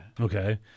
Okay